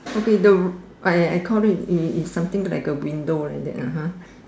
okay the I I call it is is is something like a window like that lah ha